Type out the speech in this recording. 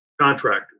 contractors